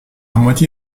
moitié